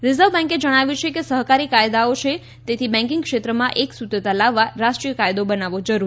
reserve બેન્કે જણાવ્યું છે કે સહકારી કાયદાઓ છે તેથી બેન્કિંગ ક્ષેત્રમાં એકસૂત્રતા લાવવા રાષ્ટ્રીય કાયદો બનાવવો જરૂરી હતું